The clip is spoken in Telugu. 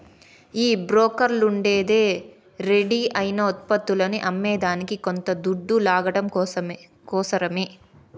ఈ బోకర్లుండేదే రెడీ అయిన ఉత్పత్తులని అమ్మేదానికి కొంత దొడ్డు లాగడం కోసరమే